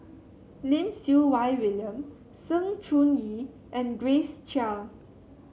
Lim Siew Wai William Sng Choon Yee and Grace Chia